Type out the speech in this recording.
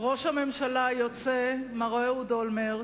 ראש הממשלה היוצא מר אהוד אולמרט.